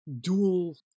dual